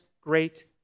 great